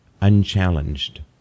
unchallenged